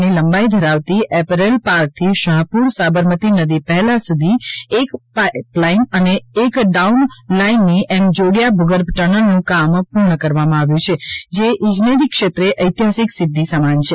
ની લંબાઇ ધરાવતી એપરેલ પાર્કથી શાહપુર સાબરમતી નદી પહેલા સુધી એક અપલાઇન અને એક ડાઉન લાઇનની એમ જોડીયા ભુગર્ભ ટનલનું કામ પૂર્ણ કરવામાં આવ્યું છે જે ઇજનેરી ક્ષેત્રે ઐતિહાસિક સિદ્ધિ સમાન છે